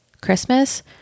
Christmas